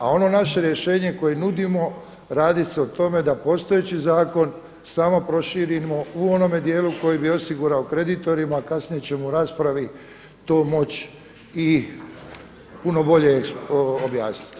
A ono naše rješenje koje nudimo radi se o tome da postojeći zakon samo proširimo u onome dijelu koji bi osigurao kreditorima, a kasnije ćemo u raspravi to moći i puno bolje objasniti.